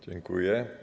Dziękuję.